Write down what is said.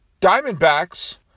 Diamondbacks